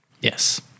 Yes